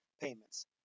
payments